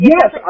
Yes